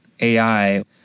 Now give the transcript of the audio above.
AI